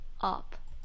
Up